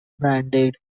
branded